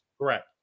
Correct